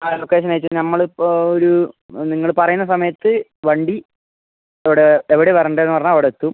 ആ ലൊക്കേഷനയച്ച് നമ്മൾ ഇപ്പോൾ ഒരു നിങ്ങൾ പറയുന്ന സമയത്ത് വണ്ടി എവിടെ എവിടെ വരണ്ടെന്ന് പറഞ്ഞാൽ അവിടെ എത്തും